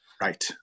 Right